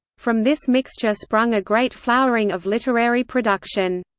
from this mixture sprung a great flowering of literary production.